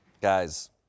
Guys